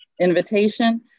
invitation